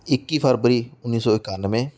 ਇੱਕੀ ਫਰਵਰੀ ਉੱਨੀ ਸੌ ਇਕਾਨਵੇਂ